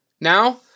Now